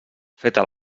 feta